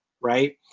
Right